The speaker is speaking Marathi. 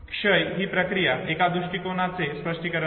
क्षय ही प्रक्रिया एका दृष्टिकोनाचे स्पष्टीकरण देते